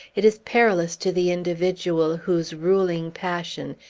it is perilous to the individual whose ruling passion,